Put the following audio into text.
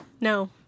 No